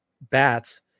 bats